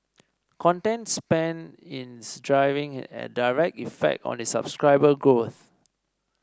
content spend is having a direct effect on its subscriber growth